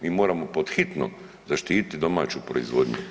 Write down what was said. Mi moram pod hitno zaštititi domaću proizvodnju